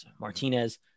martinez